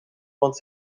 want